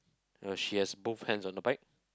uh she has both hands on the bike